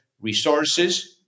resources